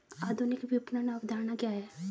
आधुनिक विपणन अवधारणा क्या है?